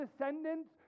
descendants